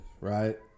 right